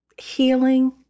healing